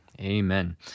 Amen